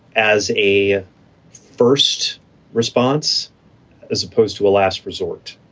as a first response as opposed to a last resort.